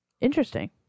Interesting